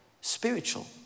spiritual